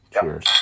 Cheers